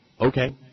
Okay